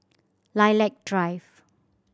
Lilac Drive